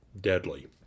Deadly